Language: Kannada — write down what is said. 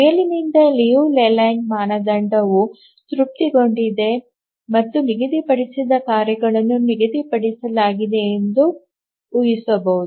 ಮೇಲಿನಿಂದ ಲಿಯು ಲೇಲ್ಯಾಂಡ್ ಮಾನದಂಡವು ತೃಪ್ತಿಗೊಂಡಿದೆ ಮತ್ತು ನಿಗದಿಪಡಿಸಿದ ಕಾರ್ಯಗಳನ್ನು ನಿಗದಿಪಡಿಸಲಾಗಿದೆ ಎಂದು er ಹಿಸಬಹುದು